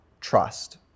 trust